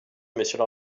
monsieur